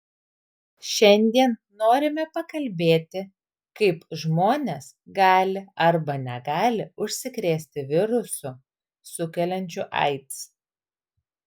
šiandien norime pakalbėti kaip žmonės gali arba negali užsikrėsti virusu sukeliančiu aids